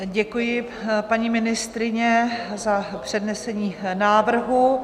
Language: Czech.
Děkuji, paní ministryně, za přednesení návrhu.